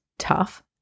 tough